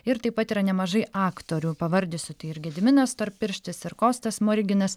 ir taip pat yra nemažai aktorių pavardysiu tai ir gediminas storpirštis ir kostas smoriginas